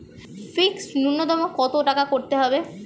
Fixed নুন্যতম কত টাকা করতে হবে?